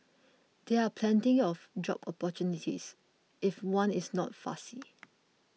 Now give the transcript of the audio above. there are plenty of job opportunities if one is not fussy